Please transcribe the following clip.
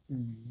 mm